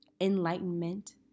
enlightenment